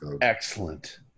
Excellent